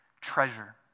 treasure